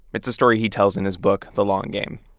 it's a story he tells in his book, the long game.